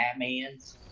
Batmans